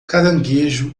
caranguejo